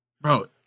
Bro